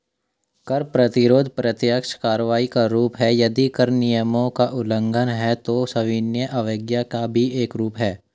कर प्रतिरोध प्रत्यक्ष कार्रवाई का रूप है, यदि कर नियमों का उल्लंघन है, तो सविनय अवज्ञा का भी एक रूप है